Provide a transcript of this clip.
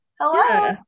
hello